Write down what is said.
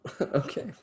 Okay